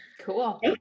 Cool